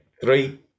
Three